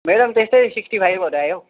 मेरो पनि त्यस्तै सिक्स्टी फाइभहरू आयो हो